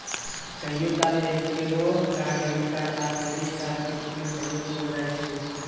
कहियो काल एकेगो कार्ड डेबिट कार्ड आ क्रेडिट कार्ड के रूप में प्रयुक्त हो जाइ छइ